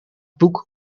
boek